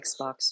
Xbox